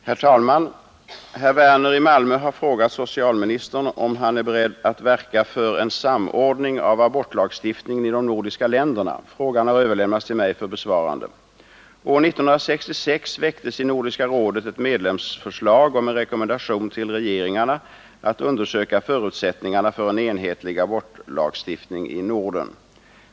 Herr talman! Herr Werner i Malmö har frågat socialministern om han är beredd att verka för en samordning av abortlagstiftningen i de nordiska länderna. Frågan har överlämnats till mig för besvarande. År 1966 väcktes i Nordiska rådet ett medlemsförslag om en rekommendation till regeringarna att undersöka förutsättningarna för en enhetlig abortlagstiftning i Norden.